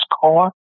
car